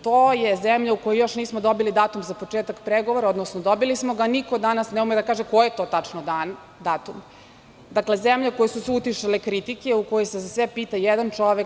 To je zemlja u kojoj još nismo dobili datum za početak pregovora, odnosno dobili smo ga ali niko danas ne ume da kaže koji je to tačno datum, zemlja u kojoj su se utišale kritike, u kojoj se za sve pita jedan čovek.